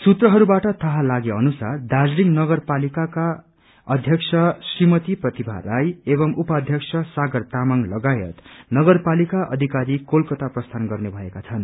सूत्रहरूबाट थाहा लागे अनुसार दाज्रीलिङ नगरपालिकाका अध्यक्षा श्रीमती प्रतिभा राई एवं उपाध्यक्ष सागर तामंग लगायत नगरपालिका अधिकारी कोलकाता प्रसीन गर्ने भएका छनु